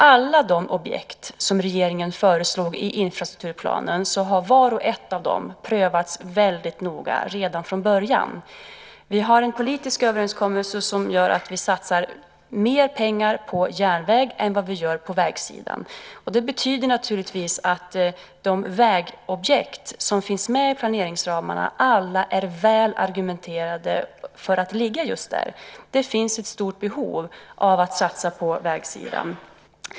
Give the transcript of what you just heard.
Alla de objekt som regeringen föreslog i infrastrukturplanen har prövats väldigt noga redan från början. Vi har en politisk överenskommelse som gör att vi satsar mer pengar på järnväg än på vägsidan. Det betyder naturligtvis att alla de vägobjekt som finns med i planeringsramarna är välargumenterade när det gäller att de ska ligga just där. Det finns ett stort behov av att satsa på vägsidan.